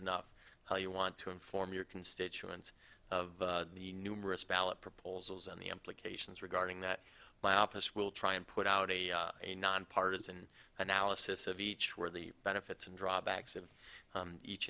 enough how you want to inform your constituents of the numerous ballot proposals and the implications regarding that my office will try and put out a a nonpartisan analysis of each where the benefits and drawbacks of each